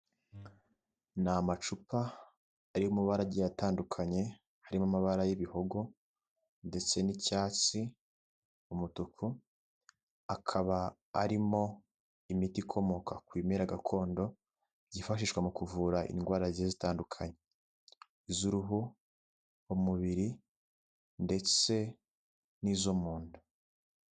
Ni amacupa aya mabara agiye atandukanye harimo amabara y'ibihogo ndetse n'icyatsi ,umutuku akaba arimo imiti ikomoka ku bimera gakondo, byifashishwa mu kuvura indwara zigiye zitandukanye, z'uruhu, umubiri ndetse n'izo mu nda.